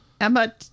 Emma